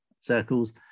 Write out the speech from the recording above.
circles